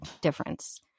difference